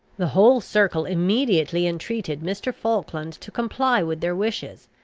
the whole circle immediately entreated mr. falkland to comply with their wishes,